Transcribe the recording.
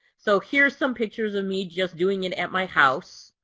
so here's some pictures of me just doing it at my house.